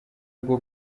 bwo